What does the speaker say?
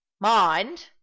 mind